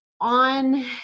on